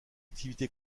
activités